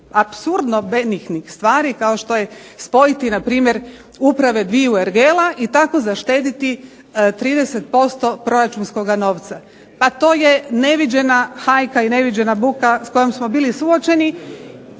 apsurdno benignih stvari kao što je spojiti npr. uprave dviju ergela i tako zaštediti 30% proračunskoga novca. Pa to je neviđena hajka i neviđena buka s kojom smo bili suočeni.